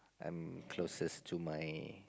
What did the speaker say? I'm closest to my